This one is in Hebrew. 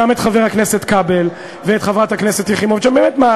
גם את חבר הכנסת כבל ואת חברת הכנסת יחימוביץ,